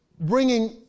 bringing